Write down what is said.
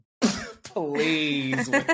Please